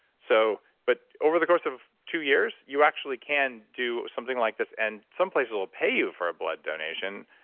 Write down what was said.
so but over the course of two years you actually can do something like this and some places will pay you for a blood donation